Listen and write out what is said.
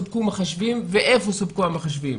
מחשבים סופקו ואיפה סופקו המחשבים.